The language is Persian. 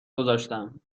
گذاشتم